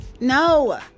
No